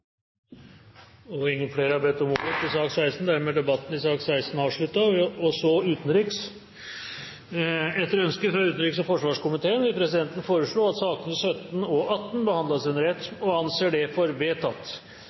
Flere har ikke bedt om ordet til sak nr. 16. Etter ønske fra utenriks- og forsvarskomiteen vil presidenten foreslå at sakene nr. 17 og 18 behandles under ett – og anser det som vedtatt.